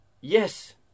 Yes